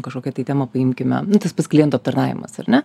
kažkokia tai tema paimkime nu tas pats klientų aptarnavimas ar ne